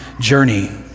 journey